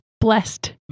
blessed